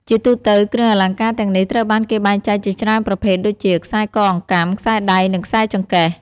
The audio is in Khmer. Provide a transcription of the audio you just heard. ជាទូទៅ គ្រឿងអលង្ការទាំងនេះត្រូវបានគេបែងចែកជាច្រើនប្រភេទដូចជា ខ្សែកអង្កាំ ខ្សែដៃ និង ខ្សែចង្កេះ។